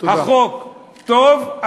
החוק טוב,